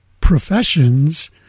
professions